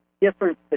different